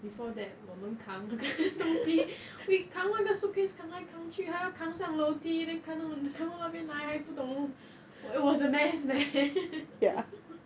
before that 我们扛那个东西 we 扛那个 suitcase 扛来扛去还要扛上楼梯 then 扛到那边还不懂 it was a mess man